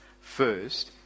First